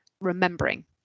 remembering